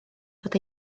fod